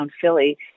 philly